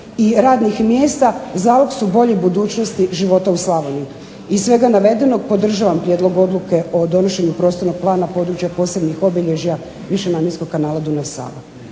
i radnih mjesta zalog su bolje budućnosti života u Slavoniji. Iz svega navedenog podržavam prijedlog odluke o donošenju prostornog plana područja posebnih obilježja višenamjenskog kanala Dunav-Sava.